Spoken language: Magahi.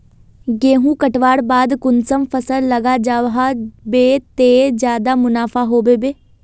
गेंहू कटवार बाद कुंसम फसल लगा जाहा बे ते ज्यादा मुनाफा होबे बे?